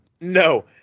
No